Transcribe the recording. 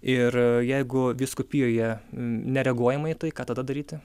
ir jeigu vyskupijoje nereaguojama į tai ką tada daryti